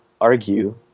argue